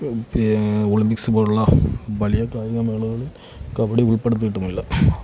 Olympics പോലുള്ള വലിയ കായിക മേളകളിൽ കബഡി ഉൾപ്പെടുത്തിയിട്ടുമില്ല